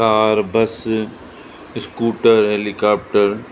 car bus scooter helicopter